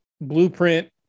blueprint